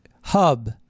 hub